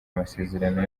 amasezerano